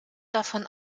davon